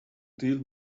deal